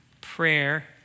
prayer